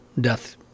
death